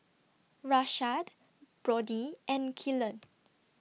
Rashad Brodie and Kylan